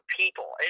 people